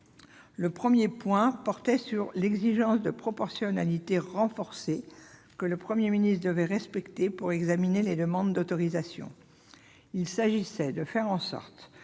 Le premier portait sur l'exigence de proportionnalité renforcée que le Premier ministre devrait respecter pour examiner les demandes d'autorisation. Il s'agissait de faire en sorte